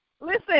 Listen